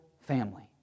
family